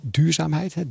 duurzaamheid